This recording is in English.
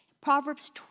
Proverbs